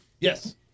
Yes